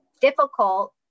difficult